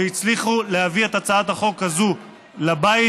והצליחו להביא את הצעת החוק הזאת לבית.